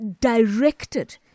directed